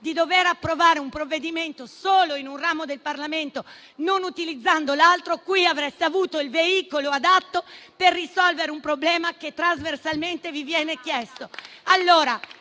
di approvare un provvedimento solo in un ramo del Parlamento non utilizzando l'altro, qui avreste avuto il veicolo adatto per risolvere un problema che trasversalmente vi viene posto.